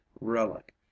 relic